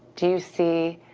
do you see